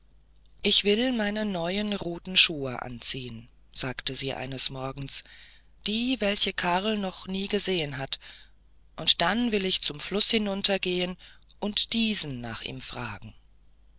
ich will meine neuen roten schuhe anziehen sagte sie eines morgens die welche karl noch nie gesehen hat und dann will ich zum flusse hinunter gehen und diesen nach ihm fragen